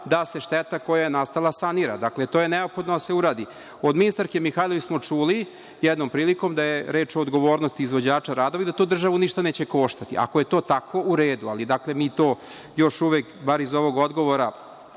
da se šteta koja je nastala sanira. Dakle, to je neophodno da se uradi. Od ministarke Mihajlović smo čuli, jednom prilikom, da je reč o odgovornosti izvođača radova i da to državu ništa neće koštati. Ako je to tako, u redu. Dakle, mi to još uvek, bar iz ovog odgovora